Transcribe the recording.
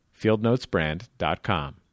FieldNotesBrand.com